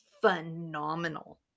phenomenal